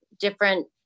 different